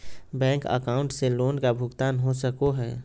Bank account से loan का भुगतान हो सको हई?